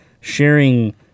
sharing